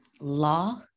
Law